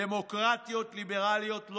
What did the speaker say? דמוקרטיות ליברליות,